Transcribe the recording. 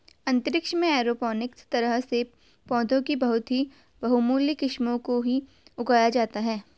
अंतरिक्ष में एरोपोनिक्स तरह से पौधों की बहुत ही बहुमूल्य किस्मों को ही उगाया जाता है